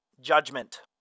judgment